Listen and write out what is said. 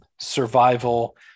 survival